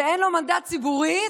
אין לו מנדט ציבורי,